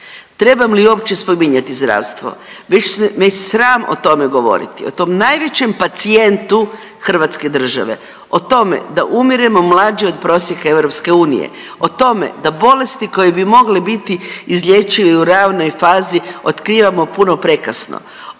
Trebam li uopće spominjati zdravstvo, već sram o tome govoriti. O tom najvećem pacijentu hrvatske države. O tome da umiremo mlađi od prosjeka EU. O tome da bolesti koje bi mogle biti izlječive i u ranoj fazi otkrivamo puno prekasno.